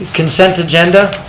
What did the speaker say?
consent agenda,